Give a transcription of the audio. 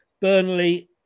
Burnley